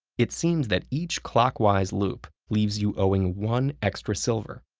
it seems that each clockwise loop leaves you owing one extra silver.